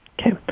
Okay